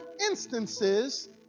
instances